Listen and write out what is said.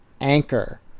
anchor